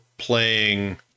playing